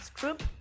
Group